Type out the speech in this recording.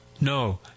No